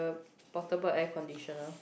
portable air conditioner